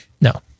No